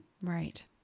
Right